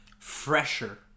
fresher